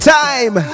time